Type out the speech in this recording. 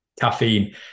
caffeine